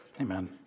Amen